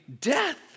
death